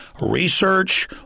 research